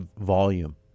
volume